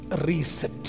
Reset